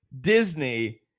Disney